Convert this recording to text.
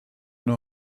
know